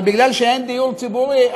אבל מכיוון שאין דיור ציבורי,